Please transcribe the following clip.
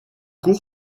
court